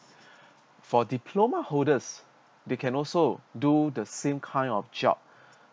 for diploma holders they can also do the same kind of job